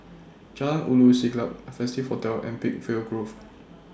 Jalan Ulu Siglap Festive Hotel and Peakville Grove